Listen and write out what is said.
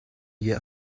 get